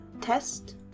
test